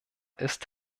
ist